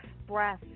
express